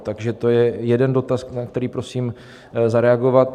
Takže to je jeden dotaz, na který prosím zareagovat.